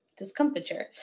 Discomfiture